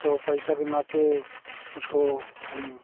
तो पैसा के नाते उसको हम